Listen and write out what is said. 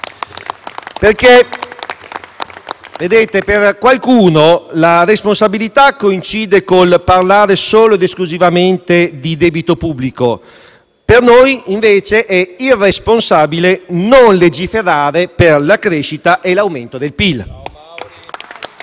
L-SP-PSd'Az)*. Per qualcuno la responsabilità coincide con il parlare solo ed esclusivamente di debito pubblico; per noi invece è irresponsabile non legiferare per la crescita e l'aumento del PIL